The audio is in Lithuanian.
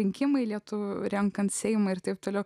rinkimai lietuvoje renkant seimą ir taip toliau